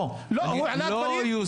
לא, לא יוסף לא, לא יוסף